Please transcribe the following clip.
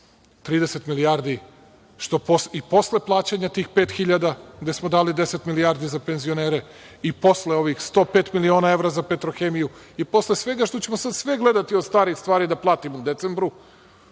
30 milijardi, što i posle plaćanja tih pet hiljada, gde smo dali 10 milijardi za penzionere, i posle ovih 105 miliona evra za „Petrohemiju“ i posle svega što ćemo sada sve gledati od starih stvari da platimo u decembru,